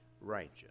righteous